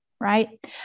right